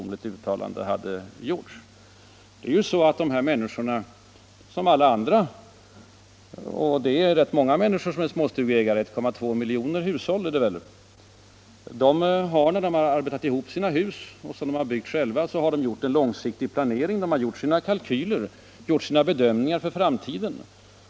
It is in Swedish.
När människorna — och det är rätt många människor som är småstugeägare; 1,2 miljoner hushåll är det väl — har arbetat ihop sina hus, som de har byggt själva, har de som alla andra gjort en långsiktig planering med kalkyler och bedömningar för framtiden.